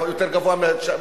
יכול להיות יותר גבוה מ-9,000,